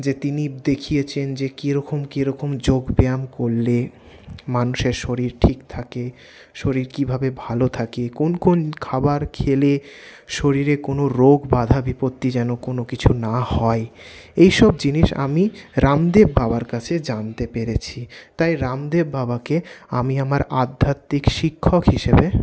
যে তিনি দেখিয়েছেন যে কীরকম কীরকম যোগব্যায়াম করলে মানুষের শরীর ঠিক থাকে শরীর কীভাবে ভালো থাকে কোন কোন খাবার খেলে শরীরে কোনও রোগ বাধা বিপত্তি যেন কোনও কিছু না হয় এইসব জিনিস আমি রামদেব বাবার কাছে জানতে পেরেছি তাই রামদেব বাবাকে আমি আমার আধ্যাত্মিক শিক্ষক হিসেবে